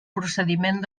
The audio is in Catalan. procediment